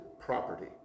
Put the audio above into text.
property